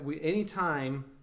anytime